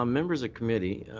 members of committee,